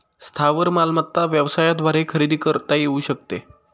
स्थावर मालमत्ता व्यवसायाद्वारे खरेदी करता येऊ शकते